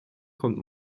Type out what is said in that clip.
kommt